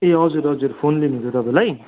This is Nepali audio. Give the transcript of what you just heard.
ए हजुर हजुर फोन लिनु हुन्छ तपाईँलाई